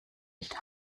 nicht